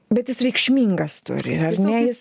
bet jis reikšmingas turi ar ne jis